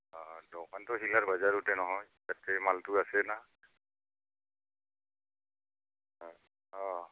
অঁ অঁ দোকানটো হিলাৰ বাজাৰতে নহয় তাতে মালটো আছে না হয় অঁ অঁ